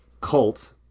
cult